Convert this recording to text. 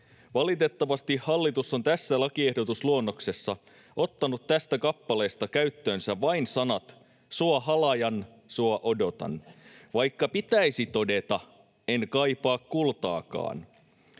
Valitettavasti hallitus on tässä lakiehdotusluonnoksessa ottanut tästä kappaleesta käyttöönsä vain sanat ”sua halajan, sua odotan”, vaikka pitäisi todeta ”en kaipaa kultaakaan”.